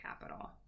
capital